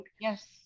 Yes